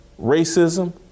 racism